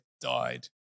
died